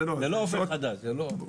זה לא אופק חדש.